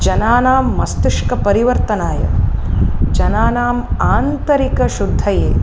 जनानां मस्तिष्कपरिवर्तनाय जनानाम् आन्तरिकशुद्धये